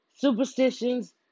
Superstitions